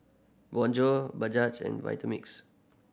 Bonjour and Vitamix